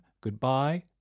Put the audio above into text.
goodbye